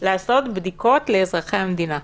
לעשות בדיקות לאזרחי המדינה.